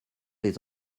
les